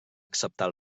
acceptar